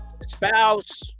spouse